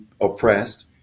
oppressed